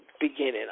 beginning